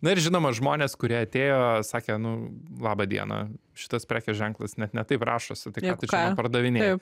na ir žinoma žmonės kurie atėjo sakė nu labą dieną šitas prekės ženklas net ne taip rašosi tai ką tu čia man pardavinėji